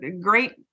great